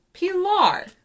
Pilar